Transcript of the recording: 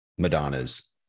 madonnas